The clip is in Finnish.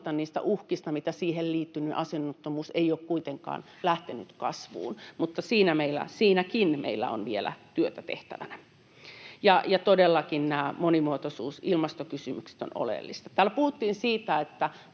niistä uhkista, mitä siihen liittyy — asunnottomuus ei ole kuitenkaan lähtenyt kasvuun, mutta siinäkin meillä on vielä työtä tehtävänä, ja todellakin nämä monimuotoisuus‑ ja ilmastokysymykset ovat oleellisia. Täällä puhuttiin siitä, että